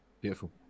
Beautiful